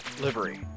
livery